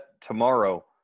tomorrow